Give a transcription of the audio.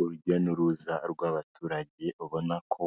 Urujya n'uruza rw'abaturage, ubona ko